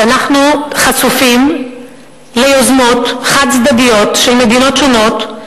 שאנחנו חשופים ליוזמות חד-צדדיות של מדינות שונות,